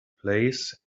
place